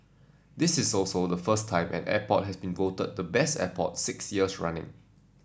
this is also the first time an airport has been voted the Best Airport six years running